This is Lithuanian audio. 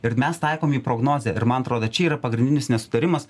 ir mes taikom į prognozę ir man atrodo čia yra pagrindinis nesutarimas